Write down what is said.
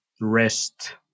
rest